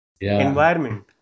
environment